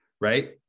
right